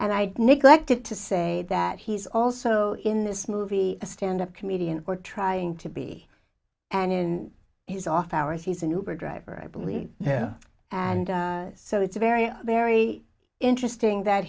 and i neglected to say that he's also in this movie a stand up comedian or trying to be and in his off hours he's a nuber driver i believe yeah and so it's very very interesting that